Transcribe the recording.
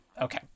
okay